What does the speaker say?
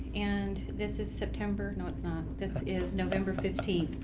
and this is september no it's not. this is november fifteen,